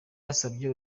yasabye